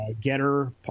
Getter